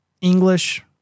English